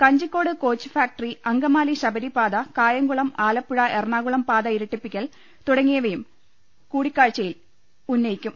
Kanjikode coach factory Angamaly Sabari പാത കായംകുളം ആലപ്പുഴ എറണാകുളം പാത ഇരട്ടിപ്പിക്കൽ തുടങ്ങിയവയും കൂടിക്കാഴ്ചയിൽ ഉന്നയിക്കും